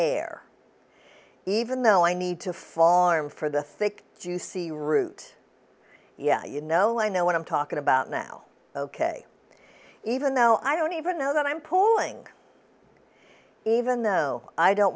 hair even though i need to farm for the thick juicy root yeah you know i know what i'm talking about now ok even though i don't even know that i'm pulling even though i don't